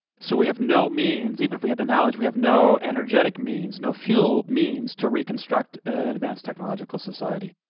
so we have no means even if we had the knowledge, we have no energetic means, no fuel means to reconstruct and an advanced technological society.